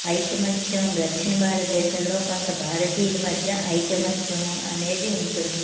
ఐకమత్యం దక్షిణ భారతదేశంలో కొంత భారతీయుల మధ్య ఐకమత్యము అనేది ఉంటుంది